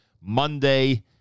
Monday